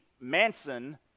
Manson